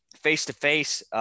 face-to-face